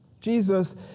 Jesus